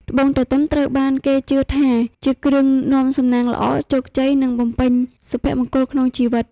ត្បូងទទឹមត្រូវបានគេជឿថាជាគ្រឿងនាំសំណាងល្អ ជោគជ័យ និងបំពេញសុភមង្គលក្នុងជីវិត។